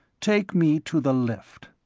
take me to the lift.